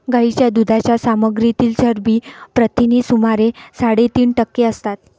गायीच्या दुधाच्या सामग्रीतील चरबी प्रथिने सुमारे साडेतीन टक्के असतात